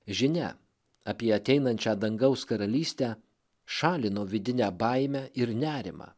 žinia apie ateinančią dangaus karalystę šalino vidinę baimę ir nerimą